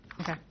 Okay